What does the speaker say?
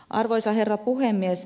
arvoisa herra puhemies